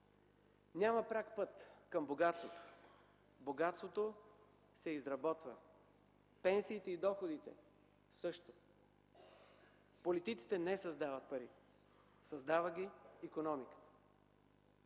Няма „пряк път” към богатството. Богатството се изработва, пенсиите и доходите – също. Политиците не създават пари, създава ги икономиката.